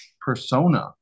persona